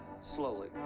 slowly